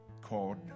called